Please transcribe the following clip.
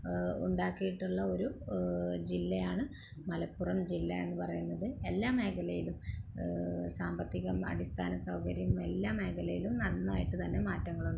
ഉണ്ടാക്കിയിട്ടുള്ള ഒരു ജില്ലയാണ് മലപ്പുറം ജില്ല എന്ന് പറയുന്നത് എല്ലാ മേഖലയിലും സാമ്പത്തികം അടിസ്ഥാന സൗകര്യം എല്ലാ മേഖലയിലും നന്നായിട്ടുതന്നെ മാറ്റങ്ങളുണ്ട്